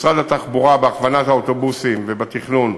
משרד התחבורה, בהכוונת האוטובוסים ובתכנון,